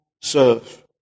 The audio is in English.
serve